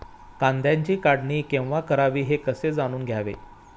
कांद्याची काढणी केव्हा करावी हे कसे जाणून घ्यावे?